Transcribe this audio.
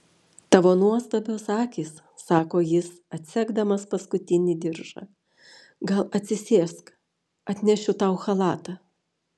tavo nuostabios akys sako jis atsegdamas paskutinį diržą gal atsisėsk atnešiu tau chalatą